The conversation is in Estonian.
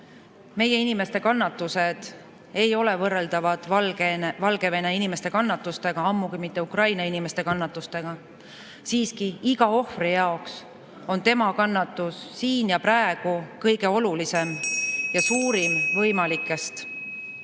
meie inimeste kannatused ei ole võrreldavad Valgevene inimeste kannatustega, ammugi mitte Ukraina inimeste kannatustega. Siiski, iga ohvri jaoks on tema kannatus siin ja praegu kõige olulisem (Juhataja helistab